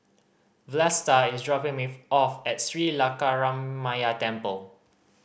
Vlasta is dropping me off at Sri Lankaramaya Temple